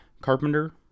Carpenter